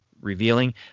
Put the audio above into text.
revealing